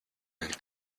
and